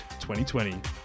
2020